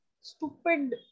stupid